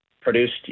produced